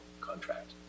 contract